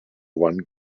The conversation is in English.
one